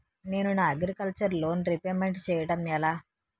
నేను నా agriculture loan repayment చేయడం ఎలా?